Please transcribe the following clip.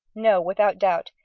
no, without doubt,